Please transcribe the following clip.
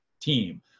team